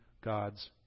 God's